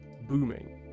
booming